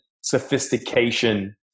sophistication